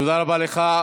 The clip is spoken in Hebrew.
תודה רבה לך.